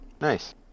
Nice